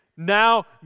Now